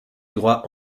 droits